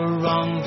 wrong